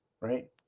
right